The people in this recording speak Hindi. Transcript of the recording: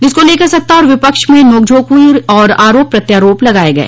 जिसको लेकर सत्ता और विपक्ष में नोकझोंक हई और आरोप प्रत्यारोप लगाए गए